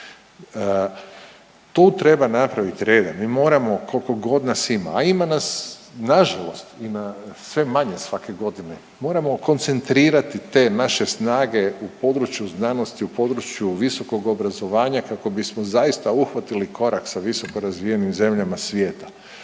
Tu treba napraviti reda. Mi moramo koliko god nas ima, a ima nas na žalost ima sve manje svake godine. Moramo koncentrirati te naše snage u području znanosti, u području visokog obrazovanja kako bismo zaista uhvatili korak sa visoko razvijenim zemljama svijeta.